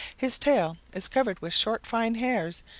his tail is covered with short fine hairs,